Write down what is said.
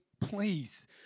please